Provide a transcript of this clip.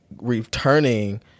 returning